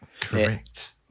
Correct